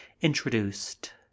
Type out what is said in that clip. introduced